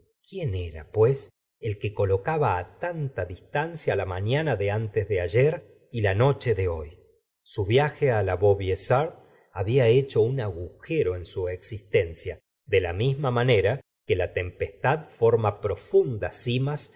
quién era pues el que colocaba tanta distancia la mañana de antes de ayer y la noche de hoy su viaje á la vaubyessard había hecho un agujero en su existencia de la misma manera que la tempestad forma profundas simas